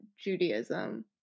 Judaism